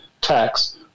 tax